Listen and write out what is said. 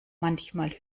manchmal